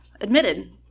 admitted